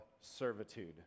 servitude